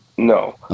No